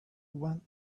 went